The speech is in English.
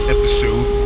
episode